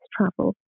travel